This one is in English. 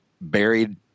buried